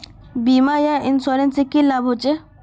बीमा या इंश्योरेंस से की लाभ होचे?